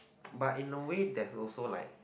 but in the way there's also like